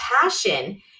passion